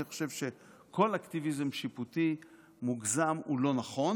אני חושב שכל אקטיביזם שיפוטי מוגזם הוא לא נכון,